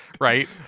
Right